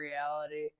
reality